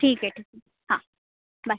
ठीक आहे ठीक आहे हां बाय